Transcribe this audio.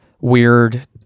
weird